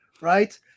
right